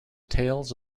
tales